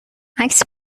عکس